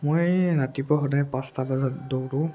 মই ৰাতিপুৱা সদায় পাঁচটা বজাত দৌৰোঁ